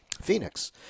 phoenix